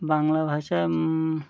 বাংলা ভাষা